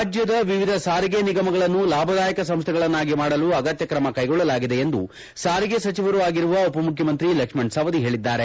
ರಾಜ್ಯದ ವಿವಿಧ ಸಾರಿಗೆ ನಿಗಮಗಳನ್ನು ಲಾಭದಾಯಕ ಸಂಸ್ಥೆಗಳನ್ನಾಗಿ ಮಾಡಲು ಅಗತ್ಯ ಕ್ರಮ ಕೈಗೊಳ್ಳಲಾಗಿದೆ ಎಂದು ಸಾರಿಗೆ ಸಚಿವರೂ ಆಗಿರುವ ಉಪಮುಖ್ಯಮಂತ್ರಿ ಲಕ್ಷ್ಮಣ ಸವದಿ ಹೇಳಿದ್ದಾರೆ